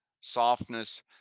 softness